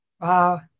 Wow